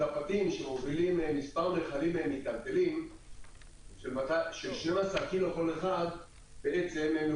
זפתים שמובילים כמה מכלים מיטלטלים של 12 קילו כל אחד יכולים,